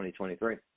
2023